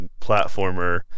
platformer